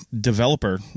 developer